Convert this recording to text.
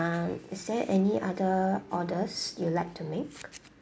um is there any other orders you like to make